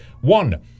One